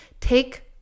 take